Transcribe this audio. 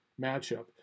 matchup